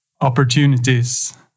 opportunities